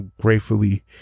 gratefully